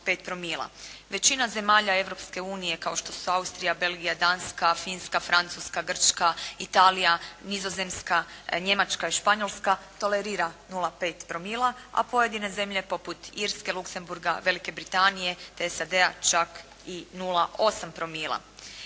Većina zemalja Europske unije kao što Austrija, Belgija, Danska, Finska, Francuska, Grčka, Italija, Nizozemska, Njemačka i Španjolska tolerira 0,5 promila a pojedine zemlje poput Irske, Luksemburga, Velike Britanije te SAD-a čak i 0,8 promila.